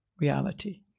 reality